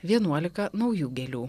vienuolika naujų gėlių